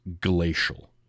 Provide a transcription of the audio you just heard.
glacial